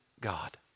God